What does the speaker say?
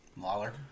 Lawler